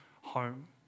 home